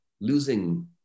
losing